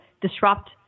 disrupt